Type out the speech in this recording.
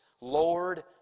Lord